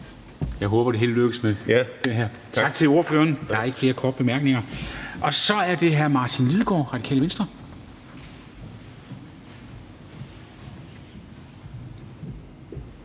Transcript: Jeg håber, at det hele lykkedes med det her. Tak til ordføreren, der er ikke flere korte bemærkninger. Så er det hr. Martin Lidegaard, Radikale Venstre.